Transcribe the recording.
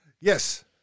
Yes